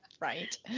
Right